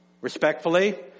respectfully